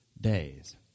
days